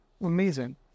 Amazing